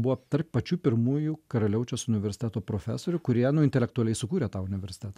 buvo tarp pačių pirmųjų karaliaučiaus universiteto profesorių kurie nu intelektualiai sukūrė tą universitet